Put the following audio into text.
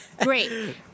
great